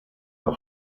auch